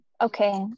okay